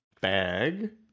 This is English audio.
bag